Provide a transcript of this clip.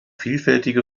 vielfältige